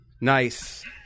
Nice